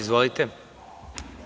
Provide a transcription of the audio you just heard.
Izvolite.